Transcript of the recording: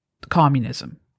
communism